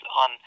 on